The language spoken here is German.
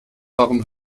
warum